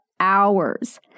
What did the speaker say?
hours